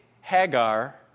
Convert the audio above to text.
Hagar